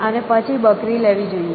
અને પછી બકરી લેવી જોઈએ